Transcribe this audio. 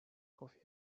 coffee